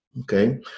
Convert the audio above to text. Okay